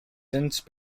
since